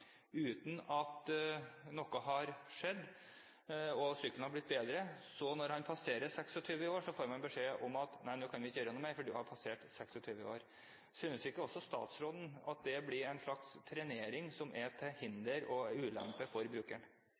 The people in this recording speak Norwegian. uten at noe har skjedd, eller at sykkelen har blitt bedre. Når han passerer 26 år, får han beskjed om at de ikke kan gjøre noe mer fordi han har passert 26 år. Synes ikke også statsråden at dette er en slags trenering som er til hinder og ulempe for brukeren?